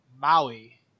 Maui